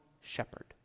shepherd